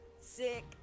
Sick